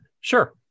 Sure